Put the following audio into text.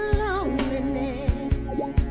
loneliness